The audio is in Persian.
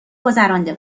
گذرانده